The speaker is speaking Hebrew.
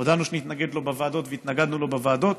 הודענו שנתנגד לו בוועדות והתנגדנו לו בוועדות,